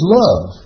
love